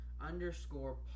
underscore